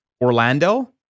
Orlando